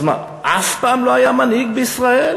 אז מה, אף פעם לא היה מנהיג בישראל?